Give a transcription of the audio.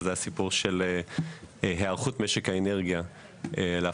וזה הסיפור של היערכות משק האנרגיה להפסקת